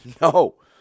no